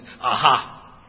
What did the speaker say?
Aha